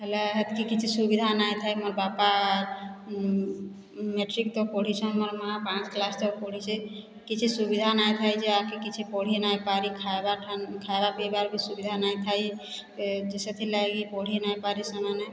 ହେଲେ ହେତ୍କି କିଛି ସୁବିଧା ନାଇ ଥାଏ ମୋ ବାପା ମେଟ୍ରିକ୍ ତ ପଢ଼ିଛନ୍ ମୋର ମାଆ ପାଞ୍ଚ କ୍ଲାସ୍ ତକ୍ ପଢ଼ିଛି କିଛି ସୁବିଧା ନାଇ ଥାଏ ଯେ ଆଗ୍ କେ କିଛି ପଢ଼ି ନାଇ ପାରି ଖାଇବା ଖାଇବା ପିଇବାର୍ ବି ସୁବିଧା ନାଇ ଥାଏ ସେଥିର୍ ଲାଗି ପଢ଼ି ନାଇ ପାରି ସେମାନେ